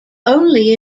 only